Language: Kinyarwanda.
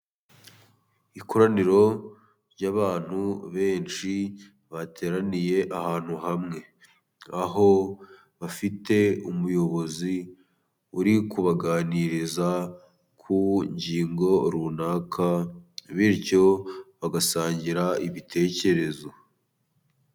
Ikoraniro ry'abantu benshi bateraniye ahantu hamwe. Aho bafite umuyobozi uri kubaganiriza ku ngingo runaka. Bityo bagasangira ibitekerezo.